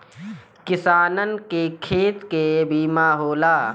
किसानन के खेत के बीमा होला